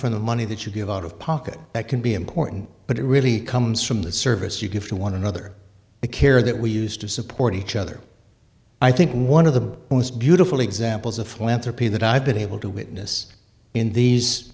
from the money that you give out of pocket that can be important but it really comes from the service you give to one another the care that we used to support each other i think one of the most beautiful examples of flann therapy that i've been able to witness in these